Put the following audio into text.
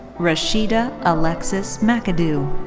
rasheeda alexis mcadoo.